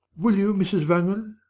will you, mrs. wangel?